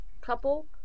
couple